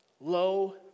Low